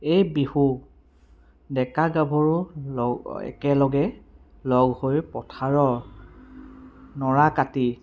এই বিহু ডেকা গাভৰু ল একেলগে লগ হৈ পথাৰৰ নৰা কাটি